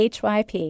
HYP